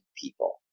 people